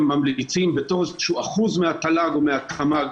ממליצים בתור איזשהו אחוז מהתל"ג או מהתמ"ג,